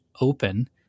open